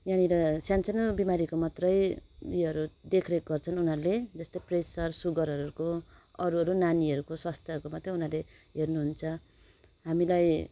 यहाँनिर सानसानो बिमरीको मात्रै उयोहरू देखरेख गर्छन् उनीहरूले जस्तै प्रेसर सुगरहरूको अरू अरू नानीहरूको स्वास्थ्यहरूको मात्रै उनीहरूले हेर्नुहुन्छ हामीलाई